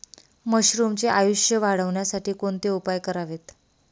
मशरुमचे आयुष्य वाढवण्यासाठी कोणते उपाय करावेत?